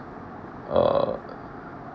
uh